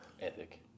ethic